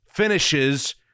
Finishes